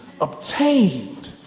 Obtained